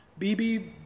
BB